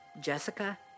Jessica